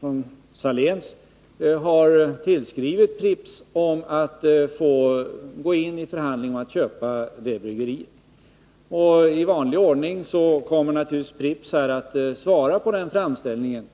från Saléninvest har tillskrivit Pripps om att få gå in i förhandlingarna om att få köpa bryggeriet. I vanlig ordning kommer naturligtvis Pripps att svara på den framställningen.